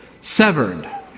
severed